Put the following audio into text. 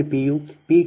0 p